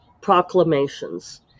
proclamations